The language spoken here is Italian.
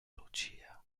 lucia